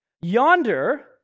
Yonder